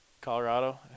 Colorado